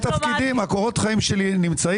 עשיתי תפקידים, קורות החיים שלי נמצאים.